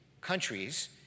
countries